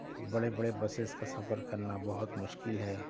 بڑے بڑے بسیز کا سفر کرنا بہت مشکل ہے